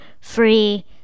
free